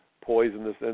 poisonous